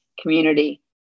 community